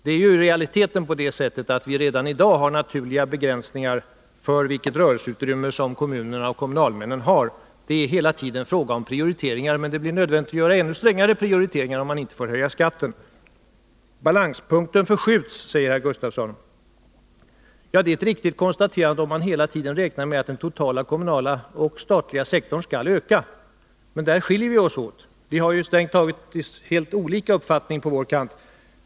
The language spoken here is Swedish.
I realiteten har vi redan i dag naturliga begränsningar för vilket rörelseutrymme som kommunerna och kommunalmännen har. Det är hela tiden fråga om prioriteringar, men det blir nödvändigt att göra ännu strängare prioriteringar om vi inte får höja skatten. Balanspunkten förskjuts, säger herr Gustafsson. Det är ett riktigt konstaterande om man hela tiden räknar med att den totala kommunala och statliga sektorn skall öka. Men där skiljer vi oss åt. Vi har strängt taget en helt annan uppfattning på vår kant.